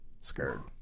Scared